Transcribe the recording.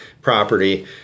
Property